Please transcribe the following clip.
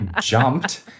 jumped